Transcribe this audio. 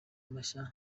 mashya